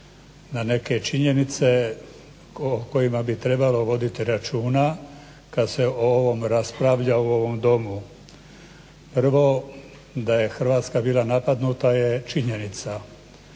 na neke činjenice o kojima bi trebalo voditi računa kad se o ovom raspravlja u ovom Domu. Prvo, da je Hrvatska bila napadnuta je činjenica,